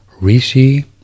Rishi